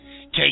take